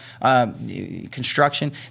construction